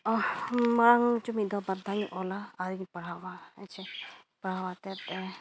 ᱚᱞ ᱢᱟᱲᱟᱝ ᱪᱚ ᱢᱤᱫ ᱫᱷᱟᱹᱣ ᱵᱟᱨ ᱫᱷᱟᱣᱤᱧ ᱚᱞᱟ ᱟᱨᱤᱧ ᱯᱟᱲᱦᱟᱣᱟ ᱦᱮᱸᱪᱮ ᱯᱟᱲᱦᱟᱣ ᱠᱟᱛᱮᱫ